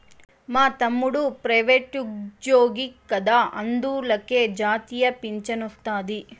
మా తమ్ముడు ప్రైవేటుజ్జోగి కదా అందులకే జాతీయ పింఛనొస్తాది